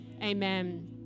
Amen